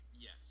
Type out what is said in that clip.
Yes